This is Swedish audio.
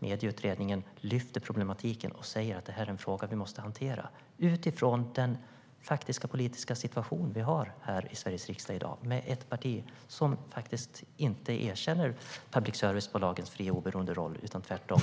Medieutredningen lyfte upp problematiken och säger att det är en fråga som vi måste hantera med utgångspunkt i den situation vi har i Sveriges riksdag i dag med ett parti som faktiskt inte erkänner public service-bolagens fria och oberoende roll utan tvärtom